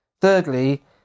Thirdly